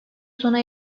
sona